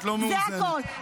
זה הכול.